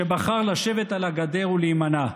שבחר לשבת על הגדר ולהימנע.